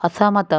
ଅସହମତ